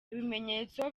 ibimenyetso